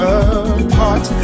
apart